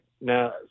Now